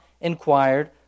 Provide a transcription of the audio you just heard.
inquired